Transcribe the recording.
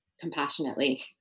compassionately